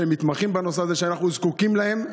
שמתמחים בנושא הזה, ואנחנו זקוקים להם.